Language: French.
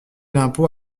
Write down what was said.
l’impôt